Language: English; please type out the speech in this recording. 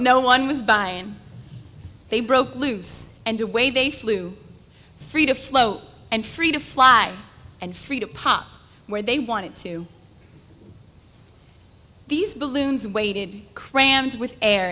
no one was buying they broke loose and away they flew free to float and free to fly and free to pop where they wanted to these balloons waited crammed with air